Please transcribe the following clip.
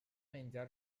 menjar